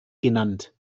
genannt